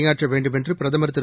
யாற்றவேண்டுமென்றுபிரதமர்திரு